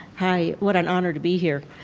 hi, what an honor to be here.